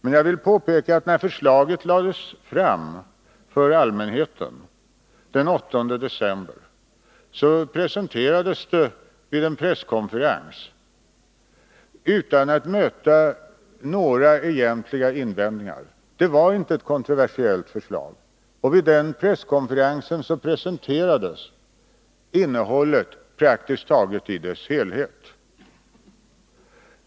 Men jag vill påpeka att när förslaget den 8 december lades fram för allmänheten presenterades det vid en presskonferens utan att möta några egentliga invändningar — det var inte ett kontroversiellt förslag. Vid denna presskonferens presenterades innehållet praktiskt taget i sin helhet.